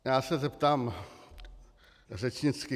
Já se zeptám řečnicky: